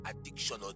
addiction